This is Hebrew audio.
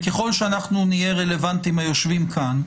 ככל שאנחנו נהיה רלוונטיים, היושבים כאן,